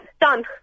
done